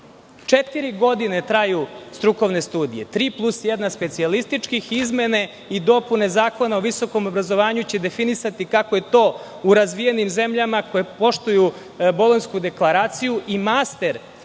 Četiri godine traju strukovne studije, tri plus jedna specijalističkih. Izmene i dopune Zakona o visokom obrazovanju će definisati kako je to u razvijenim zemljama koje poštuju Bolonjsku deklaraciju i master